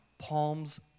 Palms